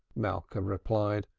malka replied,